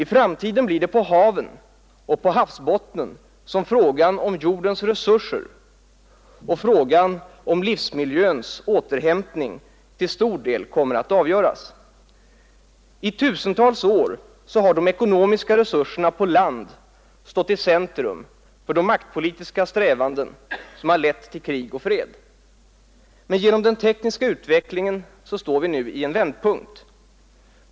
I framtiden blir det på haven och på havsbottnen som frågan om jordens resurser och frågan om livsmiljöns återhämtning till stor del kommer att avgöras. I tusentals år har de ekonomiska resurserna på land stått i centrum för maktpolitiska strävanden som lett till krig och fred. På grund av den tekniska utvecklingen står vi nu vid en vändpunkt.